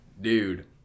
dude